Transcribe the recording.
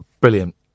Brilliant